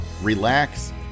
relax